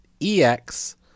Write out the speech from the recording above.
EX